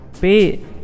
pay